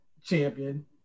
champion